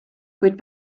kuid